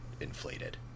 inflated